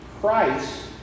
Christ